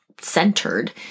centered